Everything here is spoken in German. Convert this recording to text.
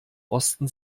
osten